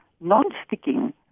non-sticking